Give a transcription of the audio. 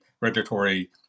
regulatory